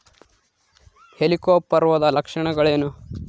ಹೆಲಿಕೋವರ್ಪದ ಲಕ್ಷಣಗಳೇನು?